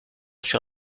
sur